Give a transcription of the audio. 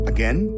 Again